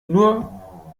nur